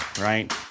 right